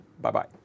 Bye-bye